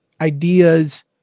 ideas